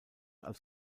als